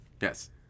Yes